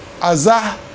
Azar